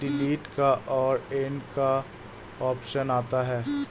delete का और add का ऑप्शन आता है